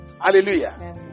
hallelujah